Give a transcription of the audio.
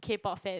K Pop fan